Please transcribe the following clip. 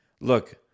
look